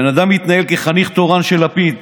הבן אדם מתנהל כחניך תורן של לפיד,